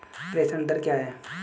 प्रेषण दर क्या है?